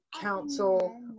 Council